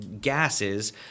gases